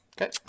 Okay